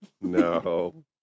No